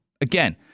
Again